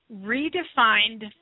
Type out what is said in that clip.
redefined